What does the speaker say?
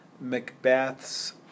Macbeth's